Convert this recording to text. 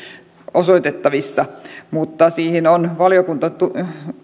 osoitettavissa mutta valiokunta on